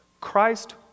Christ